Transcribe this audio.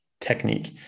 technique